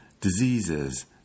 diseases